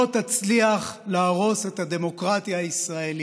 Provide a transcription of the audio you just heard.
לא תצליח להרוס את הדמוקרטיה הישראלית.